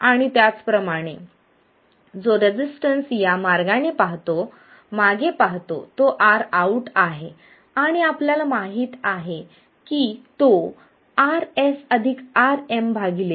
आणि त्याच प्रमाणे जो रेसिस्टन्स या मार्गाने मागे पाहतो तो Rout आहे आणि आपल्याला माहित आहे की तो RsRm1gmRLआहे